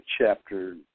chapter